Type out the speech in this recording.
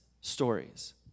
stories